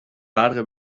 فرق